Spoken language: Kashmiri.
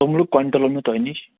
توٚملہٕ کۅنٛٹل اوٚن مےٚ تۄہہِ نِش